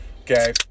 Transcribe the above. Okay